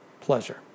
pleasure